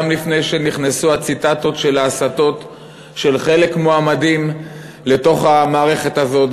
גם לפני שנכנסו הציטטות של ההסתות של חלק מהמועמדים לתוך המערכת הזאת,